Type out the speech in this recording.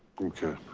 okay,